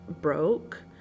broke